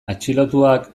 atxilotuak